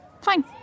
Fine